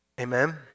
Amen